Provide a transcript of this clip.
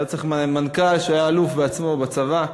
לא צריך מנכ"ל שהיה בעצמו אלוף בצבא,